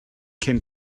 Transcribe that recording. cyn